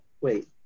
wait